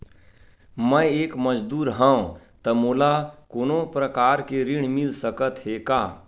मैं एक मजदूर हंव त मोला कोनो प्रकार के ऋण मिल सकत हे का?